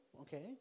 Okay